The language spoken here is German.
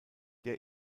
der